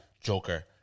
Joker